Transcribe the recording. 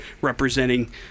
representing